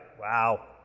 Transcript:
Wow